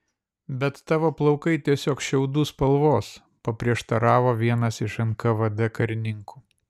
bet tavo plaukai tiesiog šiaudų spalvos paprieštaravo vienas iš nkvd karininkų